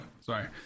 Sorry